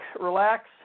relax